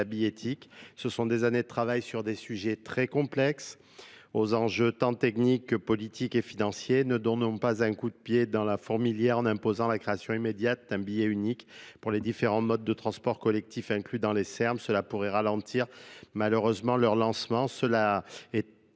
bie éthique ce sont des années de travail sur des sujets très complexes aux enjeux tant techniques que politiques et financiers ne donnons pas un coup de pied dans la fourmilière en imposant la création immédiate d'un billet unique pour les différents modes de transport collectif inclus dans les Serbes Serbes, Cela pourrait ralentir malheureusement leurs lancements. Cela Tant